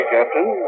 Captain